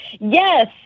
Yes